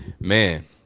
man